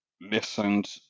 listened